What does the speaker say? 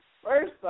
First